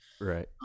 Right